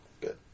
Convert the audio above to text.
Good